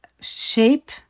shape